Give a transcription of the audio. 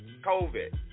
COVID